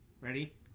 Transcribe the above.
Ready